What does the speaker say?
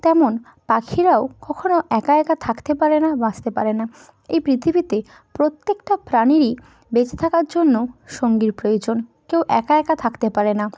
তেমন পাখিরাও কখনও একা একা থাকতে পারে না বাঁচতে পারে না এই পৃথিবীতে প্রত্যেকটা প্রাণীরই বেঁচে থাকার জন্য সঙ্গীর প্রয়োজন কেউ একা একা থাকতে পারে না